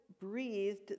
breathed